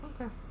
okay